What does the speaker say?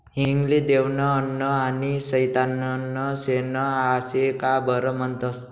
हिंग ले देवनं अन्न आनी सैताननं शेन आशे का बरं म्हनतंस?